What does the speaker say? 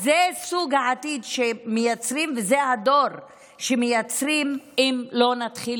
זה סוג העתיד שמייצרים וזה הדור שמייצרים אם לא נתחיל